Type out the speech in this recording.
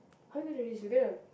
how are you going to reach you going to